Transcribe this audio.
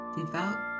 Devout